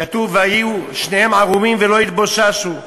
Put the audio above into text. כתוב: ויהיו שניהם ערומים ולא יתבוששו,